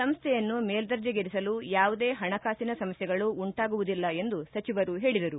ಸಂಸ್ಥೆಯನ್ನು ಮೇಲ್ವರ್ಜೆಗೇರಿಸಲು ಯಾವುದೇ ಹಣಕಾಸಿನ ಸಮಸ್ವೆಗಳು ಉಂಟಾಗುವುದಿಲ್ಲ ಎಂದು ಸಚಿವರು ಹೇಳಿದರು